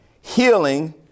Healing